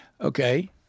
Okay